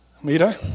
Mira